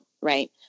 right